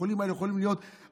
החולים האלה יכולים להיות הסבתא,